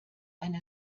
eine